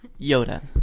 Yoda